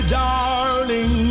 darling